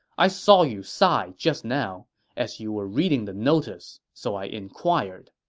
i saw you sigh just now as you were reading the notice, so i inquired.